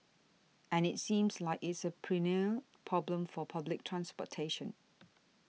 and it seems like it's a perennial problem for public transportation